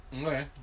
Okay